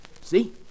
See